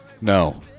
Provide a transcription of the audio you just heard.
No